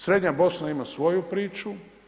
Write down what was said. Srednja Bosna ima svoju priču.